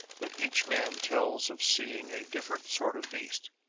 that each man tells of seeing a different sort of beast.